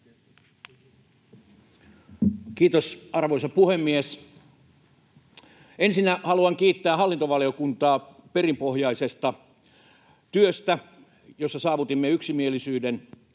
Kiitos, arvoisa puhemies! Ensinnä haluan kiittää hallintovaliokuntaa perinpohjaisesta työstä, jossa saavutimme yksimielisyyden.